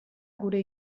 gure